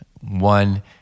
one